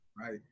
right